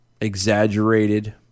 exaggerated